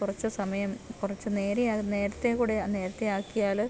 കുറച്ച് സമയം കുറച്ചുനേരെ നേരത്തെ കൂടെ നേരത്തെ ആക്കിയാല്